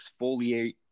exfoliate